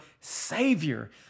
savior